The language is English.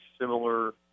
similar